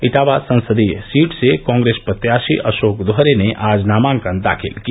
इटावा संसदीय सीट से कॉग्रेस प्रत्याषी अषोक दोहरे ने आज नामांकन दाखिल किया